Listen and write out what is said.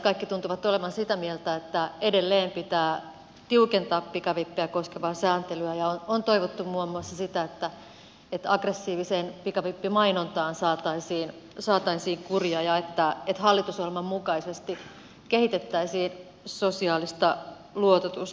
kaikki tuntuvat olevan sitä mieltä että edelleen pitää tiukentaa pikavippejä koskevaa sääntelyä ja on toivottu muun muassa sitä että aggressiiviseen pikavippimainontaan saataisiin kuria ja että hallitusohjelman mukaisesti kehitettäisiin sosiaalista luototusta